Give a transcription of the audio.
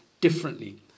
differently